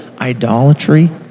idolatry